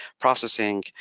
processing